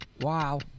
Wow